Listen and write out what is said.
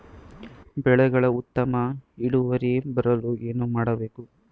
ಬೆಳೆಗಳ ಉತ್ತಮ ಇಳುವರಿ ಬರಲು ಏನು ಮಾಡಬೇಕು?